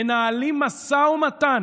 מנהלים משא ומתן